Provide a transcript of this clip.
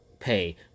pay